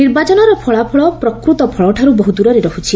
ନିର୍ବାଚନର ଫଳାଫଳ ପ୍ରକୃତ ଫଳଠାରୁ ବହୁ ଦୂରରେ ରହୁଛି